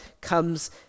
comes